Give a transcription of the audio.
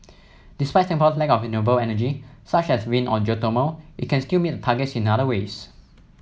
despite Singapore's lack of renewable energy such as wind or geothermal it can still meet the targets in other ways